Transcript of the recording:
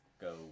go